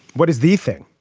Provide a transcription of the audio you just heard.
what is the thing?